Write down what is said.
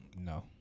no